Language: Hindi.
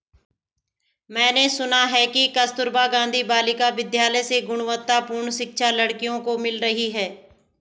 मैंने सुना है कि कस्तूरबा गांधी बालिका विद्यालय से गुणवत्तापूर्ण शिक्षा लड़कियों को मिल पा रही है